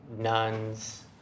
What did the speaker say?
nuns